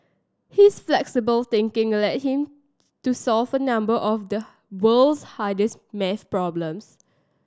his flexible thinking led him to solve a number of the world's hardest math problems